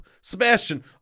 Sebastian